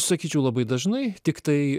sakyčiau labai dažnai tiktai